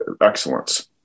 excellence